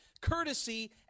Courtesy